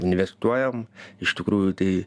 investuojam iš tikrųjų tai